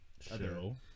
show